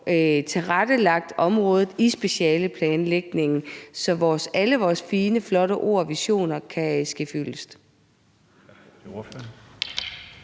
tilrettelagt området, i specialeplanlægningen, så alle vores fine og flotte ord og visioner kan ske fyldest?